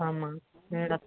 ஆமாம்